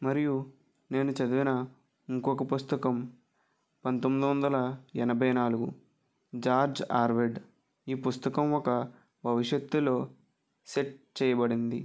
మరియు నేను చదివిన ఇంకొక పుస్తకం పంతొమ్మిది వందల ఎనభై నాలుగు జార్జ్ ఆర్వేల్ ఈ పుస్తకం ఒక భవిష్యత్తులో సెట్ చేయబడింది